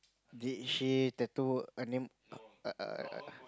did she tattoo her name err